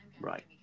Right